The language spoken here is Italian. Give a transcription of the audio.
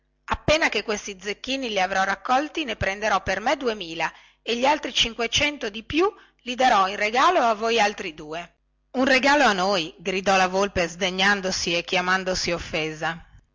appena che questi zecchini gli avrò raccolti ne prenderò per me duemila e gli altri cinquecento di più li darò in regalo a voi altri due un regalo a noi gridò la volpe sdegnandosi e chiamandosi offesa